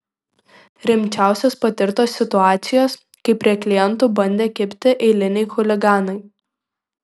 rimčiausios patirtos situacijos kai prie klientų bandė kibti eiliniai chuliganai